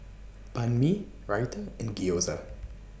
Banh MI Raita and Gyoza